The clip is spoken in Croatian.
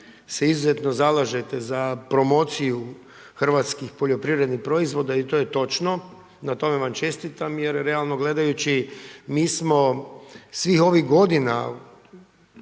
se izuzetno zalažete za promociju hrvatskih poljoprivrednih proizvoda i to je točno, na tome vam čestitam jer realno gledajući mi smo svih ovih godina